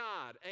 God